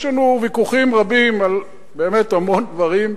יש לנו ויכוחים רבים באמת על המון דברים,